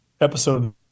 episode